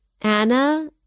Anna